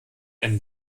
ein